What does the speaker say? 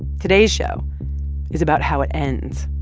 today's show is about how it ends.